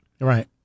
Right